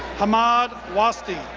hamad wasti,